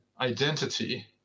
identity